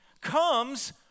comes